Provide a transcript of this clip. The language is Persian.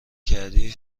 کردی